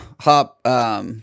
Hop